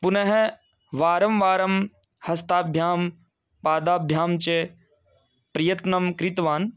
पुनः वारं वारं हस्ताभ्यां पादाभ्याञ्च प्रयत्नं कृतवान्